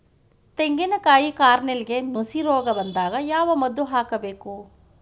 ತೆಂಗಿನ ಕಾಯಿ ಕಾರ್ನೆಲ್ಗೆ ನುಸಿ ರೋಗ ಬಂದಾಗ ಯಾವ ಮದ್ದು ಹಾಕಬೇಕು?